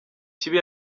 kibi